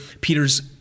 Peter's